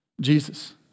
Jesus